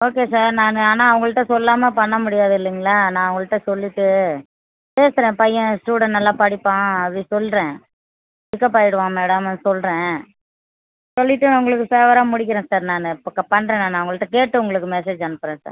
okay sir நானு ஆனால் அவங்கள்ட்ட சொல்லாமல் பண்ண முடியாது இல்லைங்களா நான் அவங்கள்ட்ட சொல்லிட்டு கேட்குறேன் பையன் ஸ்டூடெண்ட் நல்லா படிப்பான் அப்படி சொல்கிறேன் பிக்கப் ஆகிடுவான் மேடம்னு சொல்கிறேன் சொல்லிட்டு உங்களுக்கு ஃபேவராக முடிக்கிறேன் சார் நானு ப க பண்ணுறேன் நானு அவங்கள்ட்ட கேட்டு உங்களுக்கு மெசேஜ் அனுப்புகிறேன் சார்